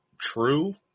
true